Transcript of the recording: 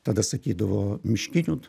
tada sakydavo miškinių